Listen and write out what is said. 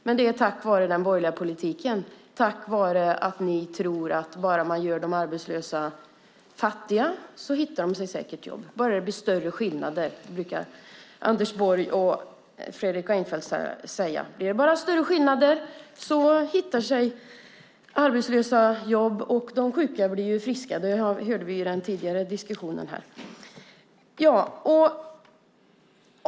Men det är på grund av den borgerliga politiken, på grund av att ni tror att bara man gör de arbetslösa fattiga så hittar de sig säkert ett jobb, bara det blir större skillnader - det brukar Anders Borg och Fredrik Reinfeldt säga - hittar de arbetslösa sig ett jobb, och de sjuka blir friskare. Det hörde vi i den tidigare diskussionen.